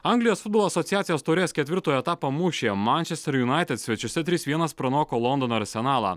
anglijos futbolo asociacijos taurės ketvirtojo etapo mūšyje mančesterio united svečiuose trys vienas pranoko londono arsenalą